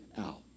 out